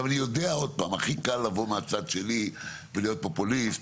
אני יודע שהכי קל לבוא מהצד שלי ולהיות פופוליסט